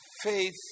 Faith